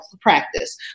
practice